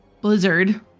Blizzard